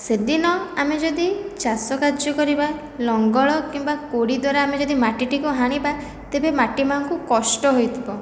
ସେଦିନ ଆମେ ଯଦି ଚାଷ କାର୍ଯ୍ୟ କରିବା ଲଙ୍ଗଳ କିମ୍ବା କୋଡ଼ି ଦ୍ଵାରା ମାଟି ଯଦି ଟିକିଏ ହାଣିବା ମାଟି ମା'ଙ୍କୁ କଷ୍ଟ ହୋଇଥିବ